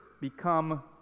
become